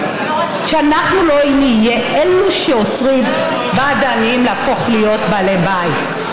שאנחנו לא נהיה אלו שעוצרים בעד העניים להפוך להיות בעלי בית.